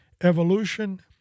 Evolution